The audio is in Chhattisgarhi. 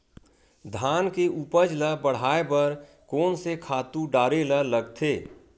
धान के उपज ल बढ़ाये बर कोन से खातु डारेल लगथे?